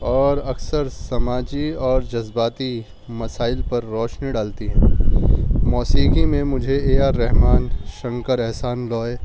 اور اکثر سماجی اور جذباتی مسائل پر روشنی ڈالتی ہے موسیقی میں مجھے اے آر رحمان شنکر احسان لوائے